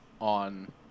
on